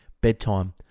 Bedtime